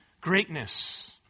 greatness